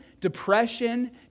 depression